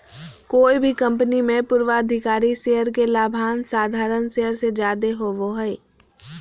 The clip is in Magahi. कोय भी कंपनी मे पूर्वाधिकारी शेयर के लाभांश साधारण शेयर से जादे होवो हय